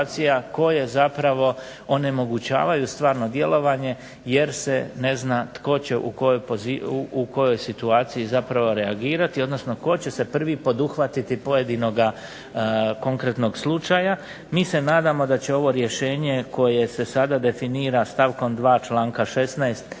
koje zapravo onemogućavaju stvarno djelovanje jer se ne zna tko će u kojoj situaciji zapravo reagirati odnosno tko će se prvi poduhvatiti pojedinoga konkretnog slučaja. Mi se nadamo da će ovo rješenje koje se sada definira stavkom 2. članka 16.